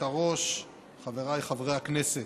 חברי הכנסת,